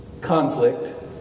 conflict